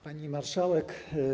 Pani Marszałek!